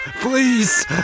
Please